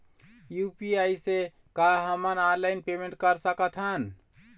UPI से का हमन ऑनलाइन पेमेंट कर सकत हन?